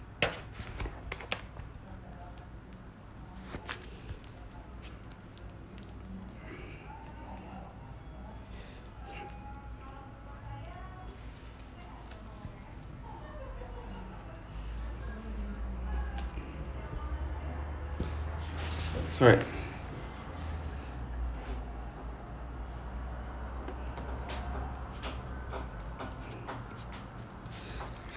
correct